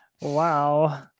wow